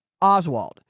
Oswald